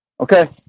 Okay